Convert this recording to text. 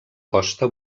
costa